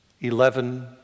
Eleven